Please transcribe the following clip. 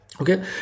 okay